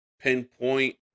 Pinpoint